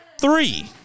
three